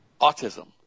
autism